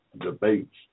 debates